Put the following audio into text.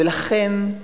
לכן,